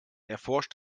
erforscht